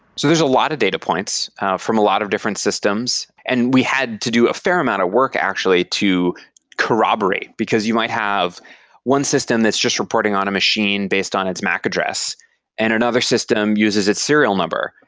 so there's a lot of data points from a lot of different systems, and we had to do a fair amount of work actually to corroborate, because you might have one system that's just reporting on a machine based on its mac address and another system uses its serial number,